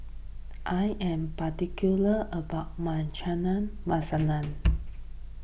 I am particular about my Chana Masala